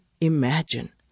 imagine